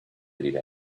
leader